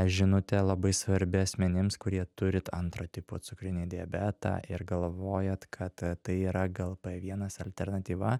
žinutė labai svarbi asmenims kurie turi antro tipo cukrinį diabetą ir galvojat kad tai yra glp vienas alternatyva